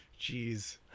Jeez